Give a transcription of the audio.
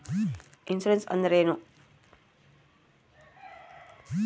Insurance ಅಂದ್ರೇನು?